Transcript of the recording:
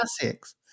classics